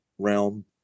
realm